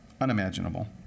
unimaginable